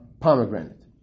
pomegranate